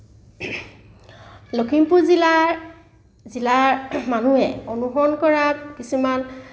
লখিমপুৰ জিলাৰ জিলাৰ মানুহে অনুসৰণ কৰা কিছুমান